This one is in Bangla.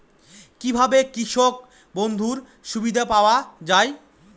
কি ভাবে কৃষক বন্ধুর সুবিধা পাওয়া য়ায়?